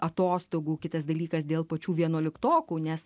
atostogų kitas dalykas dėl pačių vienuoliktokų nes